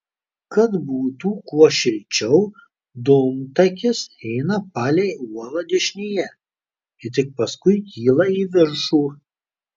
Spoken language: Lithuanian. kad būtų kuo šilčiau dūmtakis eina palei uolą dešinėje ir tik paskui kyla į viršų